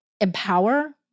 empower